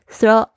Throw